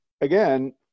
again